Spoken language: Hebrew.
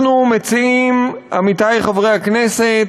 אנחנו מציעים, עמיתי חברי הכנסת,